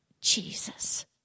Jesus